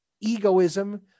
egoism